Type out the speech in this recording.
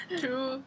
true